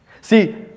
See